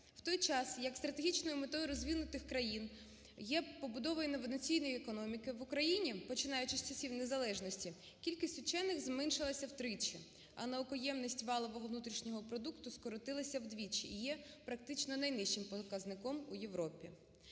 В той час, як стратегічною метою розвинутих країн є побудова інноваційної економіки, в Україні, починаючи з часів незалежності, кількість вчених зменшилася в тричі, а наукоємність валового внутрішнього продукту скоротилася в двічі і є практично найнижчим показником у Європі.